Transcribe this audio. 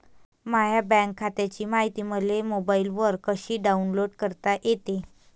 माह्या बँक खात्याची मायती मले मोबाईलवर कसी डाऊनलोड करता येते?